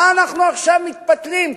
מה אנחנו עכשיו מתפתלים?